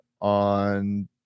on